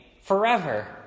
forever